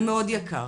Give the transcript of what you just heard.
זה מאוד יקר.